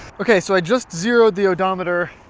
okay so i just zeroed the odometer.